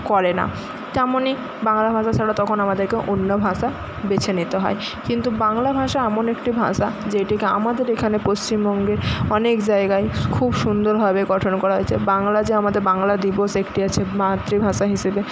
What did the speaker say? করে না তেমনই বাংলা ভাষা ছাড়া তখন আমাদেরকে অন্য ভাষা বেছে নিতে হয় কিন্তু বাংলা ভাষা এমন একটি ভাষা যেটিকে আমাদের এখানে পশ্চিমবঙ্গের অনেক জায়গায় খুব সুন্দরভাবে গঠন করা হয়েছে বাংলা যে আমাদের বাংলা দিবস একটি আছে মাতৃভাষা হিসেবে